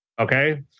okay